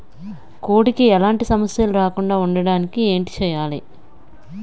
కోడి కి ఎలాంటి సమస్యలు రాకుండ ఉండడానికి ఏంటి చెయాలి?